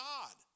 God